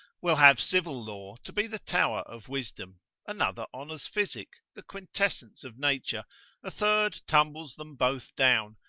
will have civil law to be the tower of wisdom another honours physic, the quintessence of nature a third tumbles them both down,